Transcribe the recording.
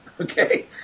Okay